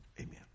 Amen